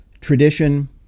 tradition